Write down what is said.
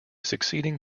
succeeding